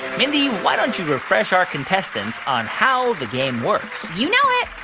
mindy, why don't you refresh our contestants on how the game works? you know it.